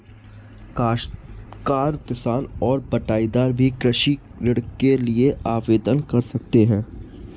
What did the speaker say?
काश्तकार किसान और बटाईदार भी कृषि ऋण के लिए आवेदन कर सकते हैं